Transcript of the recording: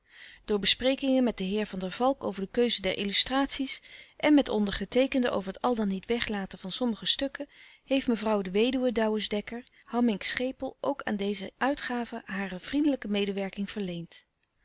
door besprekingen met den heer van der valk over de keuze der illustraties en met ondergeteekende over het al dan niet weglaten van sommige stukken heeft mevrouw de weduwe douwes dekker hamminck schepel ook aan deze uitgave hare vriendelijke medewerking verleend